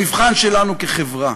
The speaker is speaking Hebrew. זה המבחן שלנו כחברה.